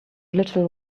little